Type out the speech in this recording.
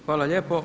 Hvala lijepo.